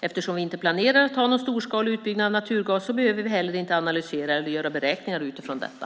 Eftersom vi inte planerar att ha någon storskalig utbyggnad av naturgas behöver vi heller inte analysera eller göra beräkningar utifrån detta.